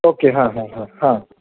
okay हां हां हां हां